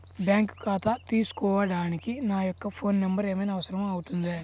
Bank ఖాతా తీసుకోవడానికి నా యొక్క ఫోన్ నెంబర్ ఏమైనా అవసరం అవుతుందా?